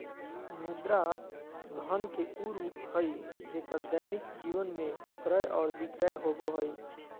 मुद्रा धन के उ रूप हइ जेक्कर दैनिक जीवन में क्रय और विक्रय होबो हइ